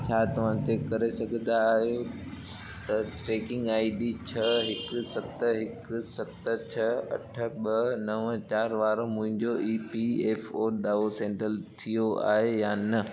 छा तव्हां चेक करे सघंदा आहियो त ट्रैकिंग आई डी छह हिकु सत हिकु सत छह अठ ॿ नव चारि वारो मुंहिंजो ई पी एफ ओ दावो सेटल थियो आहे या न